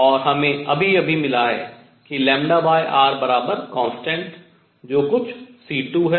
और हमें अभी अभी मिला है कि λrconstant जो कुछ c2 है